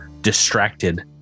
distracted